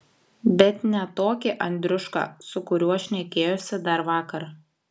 bet ne tokį andriušką su kuriuo šnekėjosi dar vakar